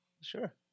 Sure